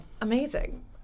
Amazing